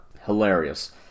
Hilarious